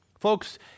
Folks